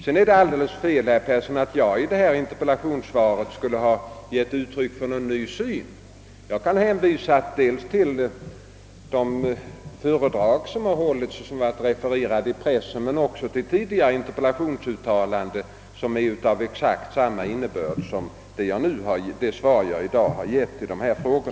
Det är alldeles fel, herr Persson, att jag i detta interpellationssvar skulle ha givit uttryck för någon ny syn. Jag kan hänvisa till de föredrag, som har hållits och som refererats i pressen, men också till tidigare interpellationssvar, som varit av samma innebörd som det svar jag i dag givit på dessa frågor.